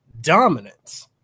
dominance